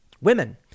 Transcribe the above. Women